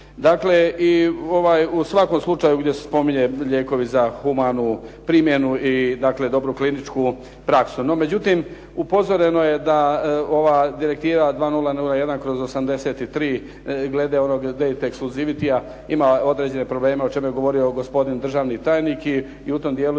Dakle, u svakom slučaju gdje se spominju lijekovi za humanu primjenu i dakle dobru kliničku praksu. No međutim, upozoreno je da ova Direktiva 2001/83 glede onog Data exclusivitiy-ja ima određene probleme o čemu je govorio gospodin državni tajnik i u tom dijelu